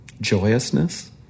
joyousness